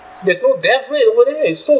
there's no death rate over there it's so